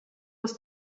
das